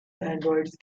androids